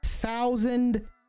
thousand